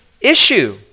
issue